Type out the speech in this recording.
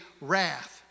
wrath